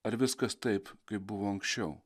ar viskas taip kaip buvo anksčiau